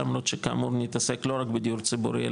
למרות שכאמור נתעסק לא רק בדיור ציבורי,